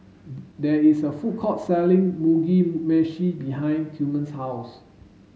there is a food court selling Mugi meshi behind Tillman's house